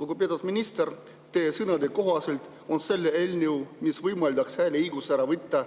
Lugupeetud minister, teie sõnade kohaselt on eelnõu, mis võimaldaks hääleõiguse ära võtta,